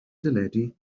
deledu